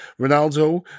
Ronaldo